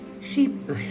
sheep